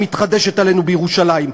שמתחדשת עלינו בירושלים,